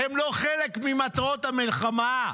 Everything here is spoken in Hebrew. הם לא חלק ממטרות המלחמה.